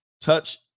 touch